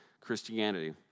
Christianity